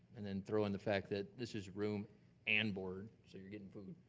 and then throw in the fact that this is room and board, so you're getting food.